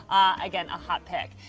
again, a hotpick.